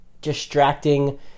distracting